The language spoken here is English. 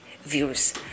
views